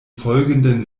folgenden